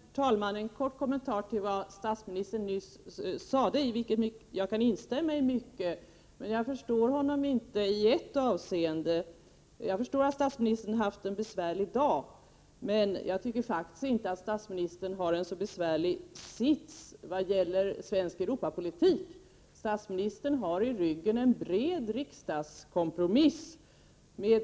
Herr talman! En kort kommentar till vad statsministern nyss sade, av vilket jag kan instämma i mycket. Men jag förstår honom inte i ett avseende. Jag förstår att statsministern haft en besvärlig dag, men jag tycker faktiskt inte att statsministern har en så besvärlig sits i vad gäller svensk Europapolitik. Statsministern har i ryggen en bred riksdagskompromiss med